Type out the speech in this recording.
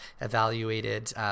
evaluated